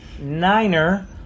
Niner